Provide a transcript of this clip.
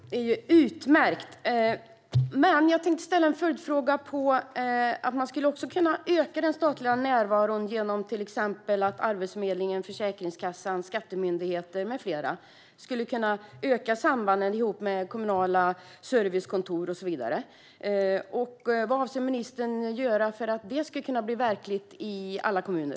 Herr talman! Det är utmärkt. Jag tänkte ställa en följdfråga. Man skulle också kunna öka den statliga närvaron genom att till exempel Arbetsförmedlingen, Försäkringskassan, Skatteverket med flera ökar samverkan ihop med kommunala servicekontor och så vidare. Vad avser ministern att göra för att det ska kunna bli verkligt i alla kommuner?